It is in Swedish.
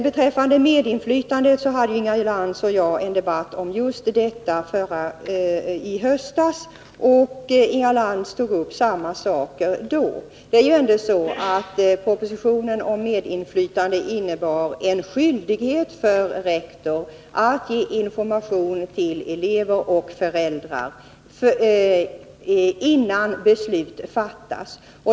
Beträffande medinflytande hade Inga Lantz och jag en debatt i höstas, och Inga Lantz tog upp samma sak då. Det är ändå så att propositionen om medinflytande stadgade en skyldighet för rektor att ge information till elever och föräldrar innan beslut fattas.